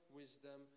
wisdom